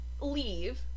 leave